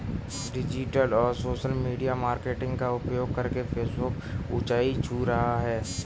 digital और social media marketing का प्रयोग करके फेसबुक ऊंचाई छू रहा है